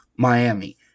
Miami